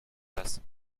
das